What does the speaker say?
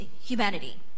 humanity